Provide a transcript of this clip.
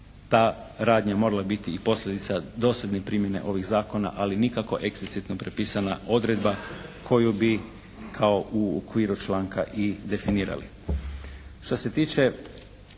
ta radnja morala biti i posljedica dosljedne primjene ovih zakona ali nikako eksplicitno prepisana odredba koju bi kao u okviru članka i definirali.